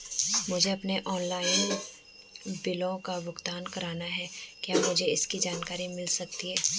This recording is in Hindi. मुझे अपने ऑनलाइन बिलों का भुगतान करना है क्या मुझे इसकी जानकारी मिल सकती है?